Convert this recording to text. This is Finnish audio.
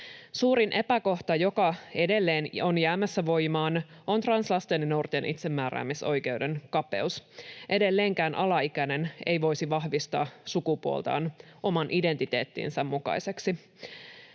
Suurin epäkohta, joka edelleen on jäämässä voimaan, on translasten ja ‑nuorten itsemääräämisoikeuden kapeus. Edelleenkään alaikäinen ei voisi vahvistaa sukupuoltaan oman identiteettinsä mukaiseksi.